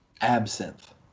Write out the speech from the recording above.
Absinthe